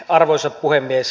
arvoisa puhemies